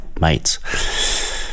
mates